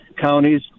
counties